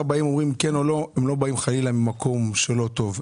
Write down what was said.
בא ואומר כל או לא הוא לא בא ממקום לא טוב,